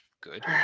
Good